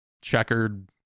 checkered